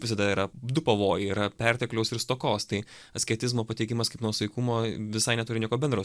visada yra du pavojai yra pertekliaus ir stokos tai asketizmo pateikiamas kaip nuosaikumo visai neturi nieko bendro